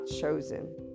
chosen